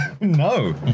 No